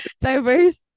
diverse